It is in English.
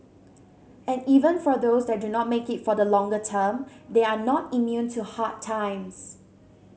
and even for those that do not make it for the longer term they are not immune to hard times